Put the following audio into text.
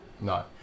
No